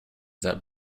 that